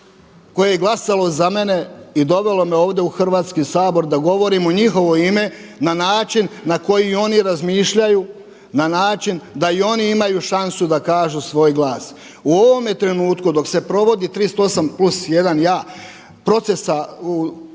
koje je glasalo za mene i dovelo me ovdje u Hrvatski sabor da govorim u njihovo ime na način na koji oni razmišljaju, na način da i oni imaju šansu da kažu svoj glas. U ovome trenutku dok se provodi 38 plus 1 ja procesa u hrvatskome